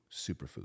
Superfood